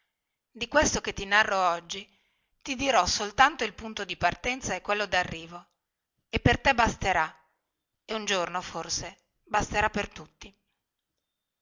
di questo che ti narro oggi ti dirò soltanto il punto di partenza e quello darrivo e per te basterà e un giorno forse basterà per tutti